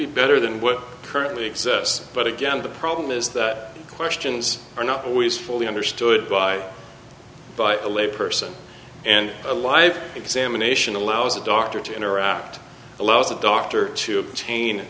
be better than what currently exists but again the problem is that questions are not always fully understood by a lay person and a live examination allows a doctor to interact allows the doctor to obtain